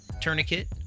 tourniquet